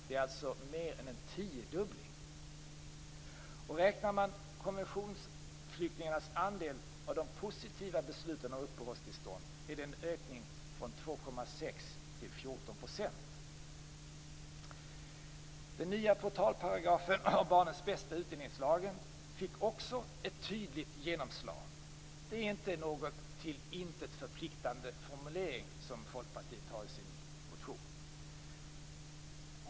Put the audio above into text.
Det är alltså mer än en tiodubbling. Om man räknar konventionsflyktingarnas andel av de positiva besluten om uppehållstillstånd ser man att det är en ökning från 2,6 till 14 %. Den nya portalparagrafen om barnets bästa i utlänningslagen fick också ett tydligt genomslag. Det är inte en till intet förpliktande formulering, som Folkpartiet har i sin motion.